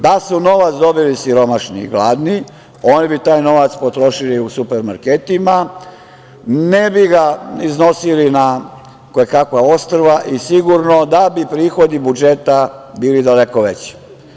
Da su novac dobili siromašni i gladni, oni bi taj novac potrošili u supermarketima, ne bi ga iznosili na koja kakva ostrva i sigurno da bi prihodi budžeta bili daleko veći.